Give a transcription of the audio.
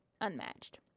unmatched